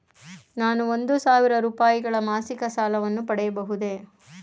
ನಾನು ಒಂದು ಸಾವಿರ ರೂಪಾಯಿಗಳ ಮಾಸಿಕ ಸಾಲವನ್ನು ಪಡೆಯಬಹುದೇ?